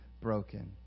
broken